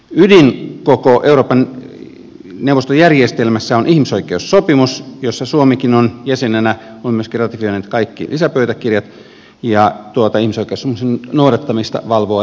ydin koko euroopan neuvoston järjestelmässä on ihmisoikeussopimus jossa suomikin on jäsenenä ja on myöskin ratifioinut kaikki lisäpöytäkirjat ja tuota ihmisoikeussopimuksen noudattamista valvoo euroopan ihmisoikeustuomioistuin